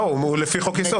לא, הוא לפי חוק-יסוד.